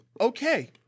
Okay